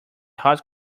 hot